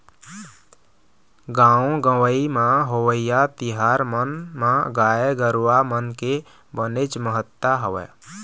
गाँव गंवई म होवइया तिहार मन म गाय गरुवा मन के बनेच महत्ता हवय